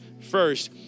first